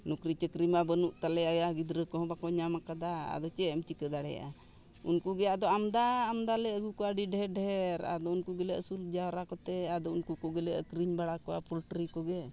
ᱱᱩᱠᱨᱤ ᱪᱟᱹᱠᱨᱤ ᱢᱟ ᱵᱟᱹᱱᱩᱜ ᱛᱟᱞᱮᱭᱟ ᱟᱭᱟᱜ ᱜᱤᱫᱽᱨᱟᱹ ᱠᱚᱦᱚᱸ ᱵᱟᱠᱚ ᱧᱟᱢ ᱟᱠᱟᱫᱟ ᱟᱫᱚ ᱪᱮᱫ ᱮᱢ ᱪᱤᱠᱟᱹ ᱫᱟᱲᱮᱭᱟᱜᱼᱟ ᱩᱱᱠᱩᱜᱮ ᱟᱫᱚ ᱟᱢᱫᱟ ᱟᱢᱫᱟᱞᱮ ᱟᱹᱜᱩ ᱠᱚᱣᱟ ᱟᱹᱰᱤ ᱰᱷᱮᱨ ᱰᱷᱮᱨ ᱟᱫᱚ ᱩᱱᱠᱩ ᱜᱮᱞᱮ ᱟᱹᱥᱩᱞ ᱡᱟᱣᱨᱟ ᱠᱚᱛᱮ ᱟᱫᱚ ᱩᱱᱠᱩ ᱠᱚᱜᱮᱞᱮ ᱟᱹᱠᱷᱨᱤᱧ ᱵᱟᱲᱟ ᱠᱚᱣᱟ ᱯᱚᱞᱴᱨᱤ ᱠᱚᱜᱮ